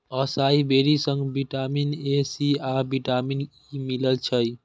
असाई बेरी सं vitamin A, C आ विटामिन ई मिलै छै